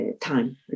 time